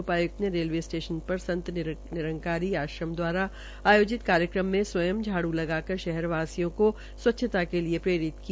उप्रायुक्त ने railway station प्रर संत निरंकारी आश्रम द्वारा आयोजित कार्यक्रम में स्वयं झाड़ु लगाकर शहर वासियों को स्वच्छता के लिए प्रेरित किया